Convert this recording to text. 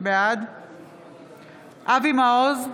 אבי מעוז,